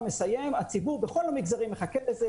הציבור בכל המגזרים מחכה לזה,